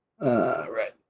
Right